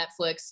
netflix